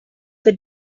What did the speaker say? the